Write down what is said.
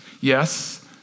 Yes